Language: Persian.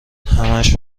همش